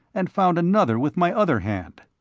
and found another with my other hand.